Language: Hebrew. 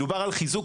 מדובר על חיזוק.